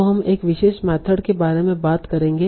तो हम एक विशेष मेथड के बारे में बात करेंगे